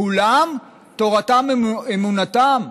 כולם תורתם אומנתם?